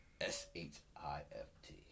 S-H-I-F-T